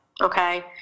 okay